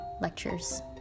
lectures